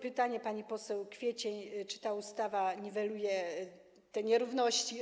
Pytanie pani poseł Kwiecień, czy ta ustawa niweluje te nierówności.